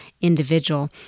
individual